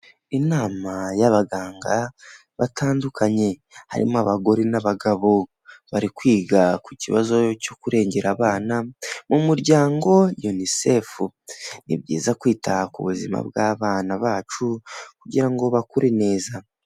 Inama y'abaganga batandukanye, harimo abagore n'abagabo, bari kwiga ku kibazo cyo kurengera abana, umuryango UNICEF, ni byiza kwita ku buzima bw'abana bacu kugira bakure neza.